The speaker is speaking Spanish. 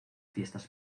fiestas